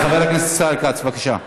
חבר הכנסת ישראל כץ, בבקשה.